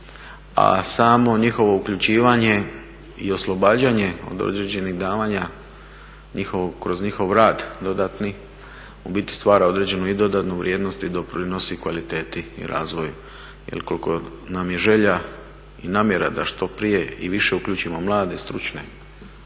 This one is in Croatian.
a samo njihovo uključivanje i oslobađanje od određenih davanja kroz njihov rad dodatni u biti stvara određenu i dodanu vrijednost i doprinosi kvaliteti i razvoju. Jer koliko nam je želja i namjera da što prije i više uključimo mlade stručnjake